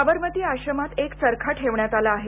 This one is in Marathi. साबरमती आश्रमात एक चरखा ठेवण्यात आला आहे